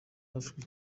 hafashwe